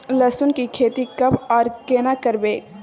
लहसुन की खेती कब आर केना करबै?